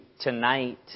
tonight